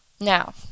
Now